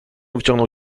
wyciągnął